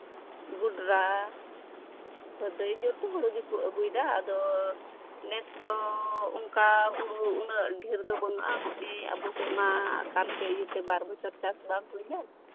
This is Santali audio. ᱜᱚᱰᱨᱟ ᱟᱹᱜᱩ ᱫᱚ ᱡᱚᱛᱚ ᱦᱩᱲᱩ ᱜᱮᱠᱚ ᱟᱹᱜᱩᱭᱫᱟ ᱟᱫᱚ ᱱᱮᱥ ᱫᱚ ᱚᱱᱠᱟ ᱦᱩᱲᱩ ᱩᱱᱟᱹᱜ ᱰᱷᱮᱨ ᱫᱚ ᱵᱟᱹᱱᱩᱜᱼᱟ ᱦᱚᱸᱜᱼᱚᱭ ᱟᱵᱚ ᱥᱮᱫ ᱢᱟ ᱟᱠᱟᱞ ᱠᱮᱫ ᱤᱭᱟᱹ ᱛᱮ ᱵᱟᱨ ᱵᱚᱪᱷᱚᱨ ᱪᱟᱥ ᱵᱟᱝ ᱦᱩᱭ ᱞᱮᱱ